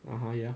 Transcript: (uh huh) ya